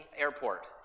Airport